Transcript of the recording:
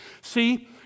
See